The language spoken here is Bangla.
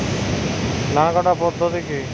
ধান কাটার পদ্ধতি কি কি?